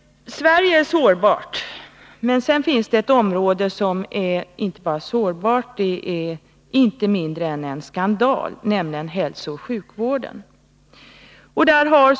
Sverige är sårbart. Men det finns ett område som inte bara är sårbart, utan ingenting mindre än en skandal, nämligen hälsooch sjukvården.